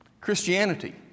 Christianity